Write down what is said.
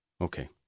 Okay